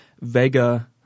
Vega